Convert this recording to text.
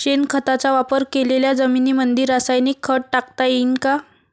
शेणखताचा वापर केलेल्या जमीनीमंदी रासायनिक खत टाकता येईन का?